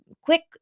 quick